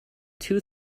two